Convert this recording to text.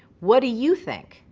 what do you think?